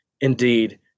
indeed